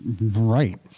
right